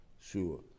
sure